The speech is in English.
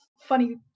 funny